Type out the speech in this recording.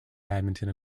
badminton